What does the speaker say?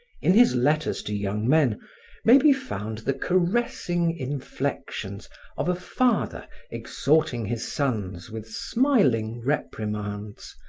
in his letters to young men may be found the caressing inflections of a father exhorting his sons with smiling reprimands,